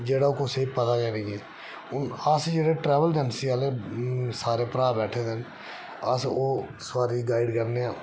जेह्ड़ ओह् कुसै गी पता गै नी ऐ हून अस जेह्ड़े ट्रैवल एजेंसी आह्ले सारे भ्राऽ बैठे दे अस ओह् सवारी गी गाइड करने आं